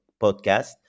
podcast